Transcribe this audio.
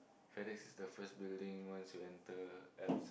Fedex is the first building once you enter Alps